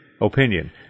Opinion